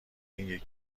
این